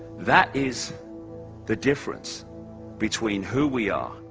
that is the difference between who we are,